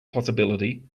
possibility